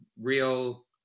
real